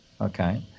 Okay